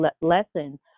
lessons